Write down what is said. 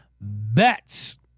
Bets